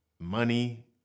money